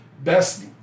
Best